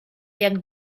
jak